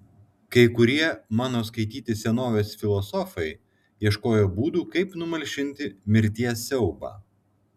kai kurie mano skaityti senovės filosofai ieškojo būdų kaip numalšinti mirties siaubą